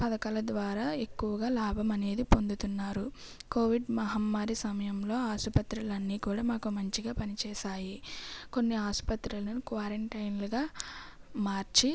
పథకాల ద్వారా ఎక్కువగా లాభం అనేది పొందుతున్నారు కోవిడ్ మహమ్మారి సమయంలో ఆసుపత్రులన్నీ కూడా మాకు మంచిగా పని చేశాయి కొన్ని ఆసుపత్రులను క్వారెంటైన్లుగా మార్చి